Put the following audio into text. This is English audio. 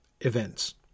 events